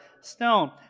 stone